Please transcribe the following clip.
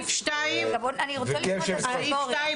פסקה (2) הוא כבול.